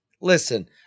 Listen